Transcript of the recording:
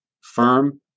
firm